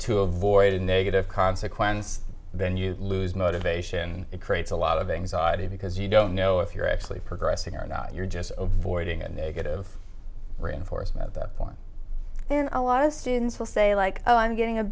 to avoid negative consequence then you lose motivation it creates a lot of anxiety because you don't know if you're actually progressing or not you're just avoiding a negative reinforcement that point there a lot of students will say like oh i'm getting a